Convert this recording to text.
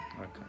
Okay